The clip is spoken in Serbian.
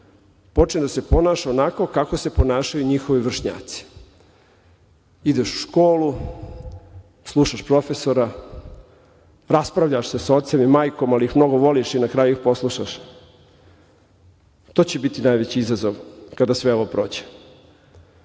počne da se ponaša onako kako se ponašaju njihovi vršnjaci. Ideš u školu, slušaš profesora, raspravljaš se sa ocem i majkom, ali ih mnogo voliš i na kraju ih poslušaš. To će biti najveći izazov kada sve ovo